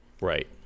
right